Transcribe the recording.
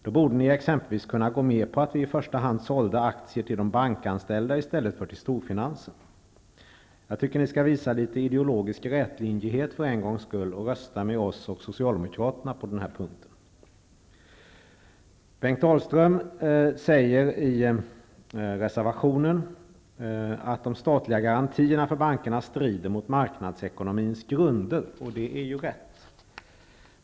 Då borde ni exempelvis kunna gå med på att vi i första hand sålde aktierna till de bankanställda i stället för till storfinansen. Jag tycker att ni skall visa litet ideologisk rätlinjighet för en gångs skull och rösta med oss och Socialdemokraterna på denna punkt. Bengt Dalström säger i en reservation att de statliga garantierna för bankerna strider mot marknadsekonomins grunder, och det är rätt.